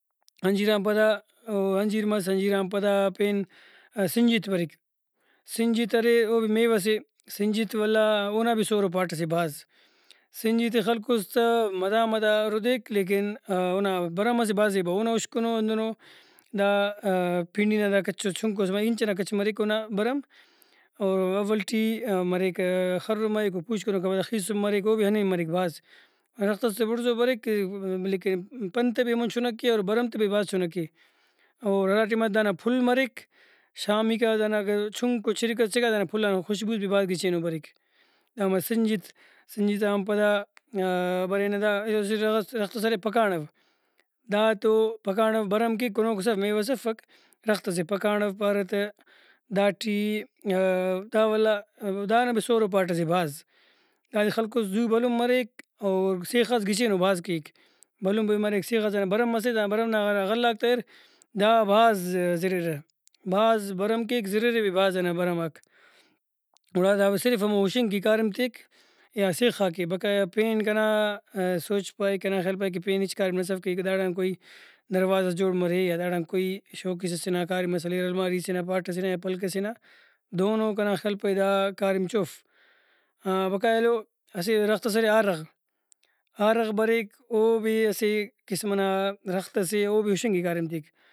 انجیران پدا ؤ انجیر مس انجیران پدا پین سنجت بریک سنجت ارے او بھی میوہ سے سنجت ولا اونا بھیا سورو پاٹ سے بھاز سنجت ئے خلکس تہ مدان مدان رُدیک لیکن اونا بھرم سے بھاز زیباؤ اونا اُشکنو ہندنو دا پھینڈی نا دا کچوس چنکوس مریک انچ ئنا کچ مریک اونا بھرم اور اول ٹی مریک خرم مریک پوشکن اوکا پدا خیسُن مریک او بھی ہنین مریک بھاز رخت ئس تہ بُڑزو بریک لیکن پن تہ بھی ہمون چُنک اے اور بھرم تہ بھی بھاز چُنک اے۔ اور ہرا ٹائما دانا پھل مریک شامیکا دانا اگہ چُنکو چرکس چھکا دانا پھل ئنا خوشبوس بھی بھاز گچینو بریک دا مس سنجت۔ سنجت آن پدا برینہ دا ایلو اسہ ڈرختس ارے پھکاڑو دا تو پھکاڑو بھرم کیک کُنوکس اف میوہ ئس افک ڈرخت سے پھکاڑو پارہ تہ داٹی دا ولا دانا بھی سورو پاٹ سے بھاز دادے خلکُس زو بھلن مریک اور سیخاس گچینو بھاز کیک بھلن بھی مریک سیخاس دانا بھرم مسک دانا بھرم نا ہرا غلہ غاک تہ اریر دا بھاز زِرِرہ بھاز بھرم کیک زررہ بھی بھاز ہندا بھرماک گڑا دا صرف ہُشنگ کہ کاریم تیک یا سیخا کہ بقایا پین کنا سوچ پائے کنا خیال پائے کہ پین ہچ کاریم ناس اف کہ داڑان کوئی دروازس جوڑ مرے داڑے کوئی شوکیس ئسے نا کاریمس ہلیر الماری سے نا پاٹ سے نا یا پلک سے نا دہنو کنا خیال پائے دا کاریم چوف بقایا ایلو اسہ ڈرخت ئس ارے آرغ ،آرغ بریک او بھی اسہ قسم ئنا ڈرخت سے او بھی ہُشنگ کہ کاریم تیک